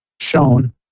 shown